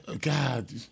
God